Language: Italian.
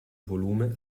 volume